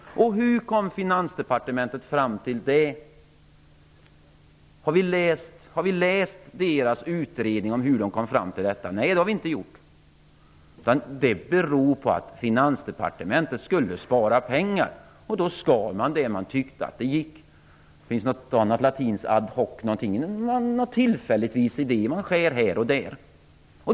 Hur kom Finansdepartementet fram till detta? Har vi läst någon utredning om hur departementet kom fram till det? Nej, det har vi inte gjort. Detta beror på att Finansdepartementet skulle spara pengar, och då gjorde man det. Man tyckte att det gick att göra en ad hoc-lösning. Det är ett latinskt uttryck. Man skär här och där på ett slumpartat sätt.